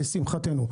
לשמחתנו,